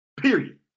Period